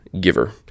giver